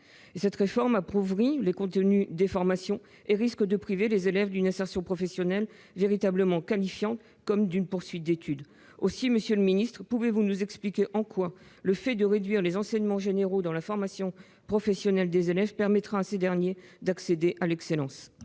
cette réforme appauvrit les contenus des formations et risque de priver les élèves d'une insertion professionnelle véritablement qualifiante, comme de la possibilité de poursuivre des études. Aussi, monsieur le ministre, pouvez-vous nous expliquer en quoi le fait de réduire les enseignements généraux dans la formation professionnelle des élèves permettra à ces derniers d'accéder à « l'excellence »